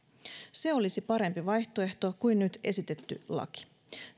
se olisi parempi vaihtoehto kuin nyt esitetty laki